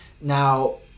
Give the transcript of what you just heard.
Now